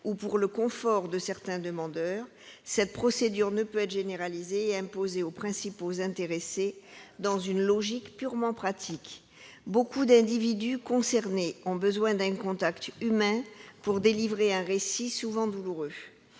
ou pour le confort de certains demandeurs, cette procédure ne peut être généralisée et imposée aux principaux intéressés selon une logique purement pratique. Nombre des individus concernés ont besoin d'un contact humain pour pouvoir livrer un récit souvent douloureux